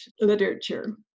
literature